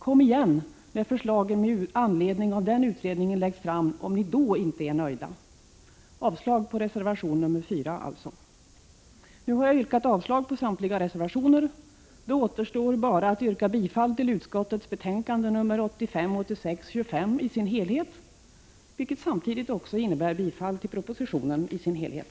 Kom igen när förslag i anledning av den utredningen läggs fram om ni då inte är nöjda. Jag yrkar avslag på reservation 4. Nu har jag yrkat avslag på samtliga reservationer, och det återstår bara att yrka bifall till hemställan i utskottets betänkande 1985/86:25 i dess helhet, vilket samtidigt innebär bifall till propositionen i dess helhet.